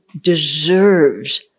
deserves